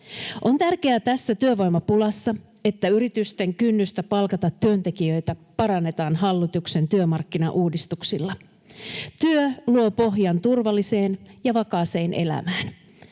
On tärkeää tässä työvoimapulassa, että yritysten kynnystä palkata työntekijöitä parannetaan hallituksen työmarkkinauudistuksilla. Työ luo pohjan turvalliseen ja vakaaseen elämään.